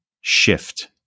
shift